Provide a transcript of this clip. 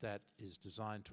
that is designed to